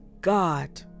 God